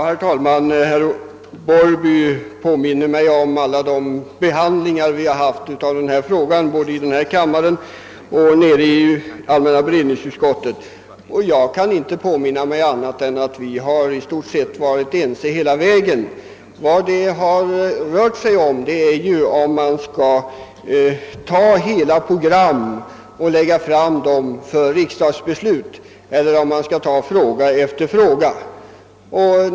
Herr talman! Herr Larsson i Borrby har påmint om all den behandling dessa frågor har fått i kammaren och i allmänna beredningsutskottet. Jag kan inte erinra mig annat än att vi i stort sett varit eniga på alla punkter. Diskussionen har gällt, om vi skall framlägga ett helt program för riksdagsbeslut eller om vi skall ta fråga för fråga.